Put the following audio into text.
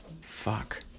Fuck